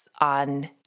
on